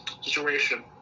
situation